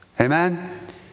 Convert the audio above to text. Amen